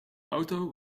auto